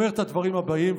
אומר את הדברים הבאים,